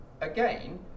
again